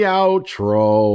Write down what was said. outro